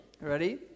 Ready